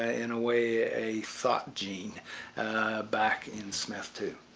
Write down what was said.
ah in a way, a thought gene back in smith too.